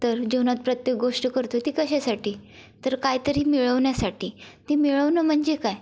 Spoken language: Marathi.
तर जीवनात प्रत्येक गोष्ट करतो ती कशासाठी तर कायतरी मिळवण्यासाठी ते मिळवणं म्हणजे काय